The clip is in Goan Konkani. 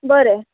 बरें